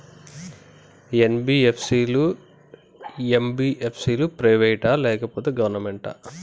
NBFC లు, MBFC లు private ఆ లేకపోతే గవర్నమెంటా?